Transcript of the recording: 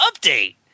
update